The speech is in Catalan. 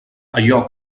allò